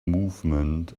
movement